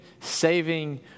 saving